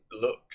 look